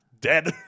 dead